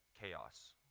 chaos